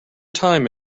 time